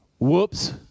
Whoops